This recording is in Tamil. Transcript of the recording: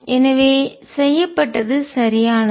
எனவே செய்யப்பட்டது சரியானது